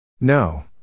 No